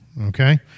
okay